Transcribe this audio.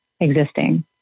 existing